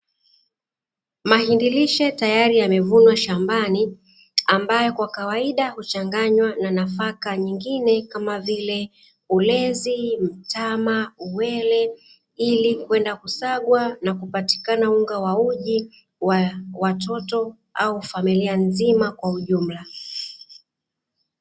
Mahindi rishe tayari yemevunwa shambani, ambayo kwa kawaida huchanganywa na nafaka nyingine kama vile: ulezi, mtama, uwele ili kwenda kusagwa na kupatikana unga wa uji wa watoto au familia nzima kwa ujumla.